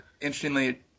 interestingly